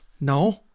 no